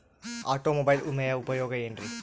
Automobile ವಿಮೆಯ ಉಪಯೋಗ ಏನ್ರೀ?